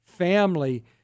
family